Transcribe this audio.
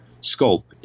scope